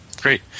great